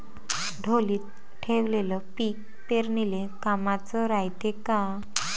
ढोलीत ठेवलेलं पीक पेरनीले कामाचं रायते का?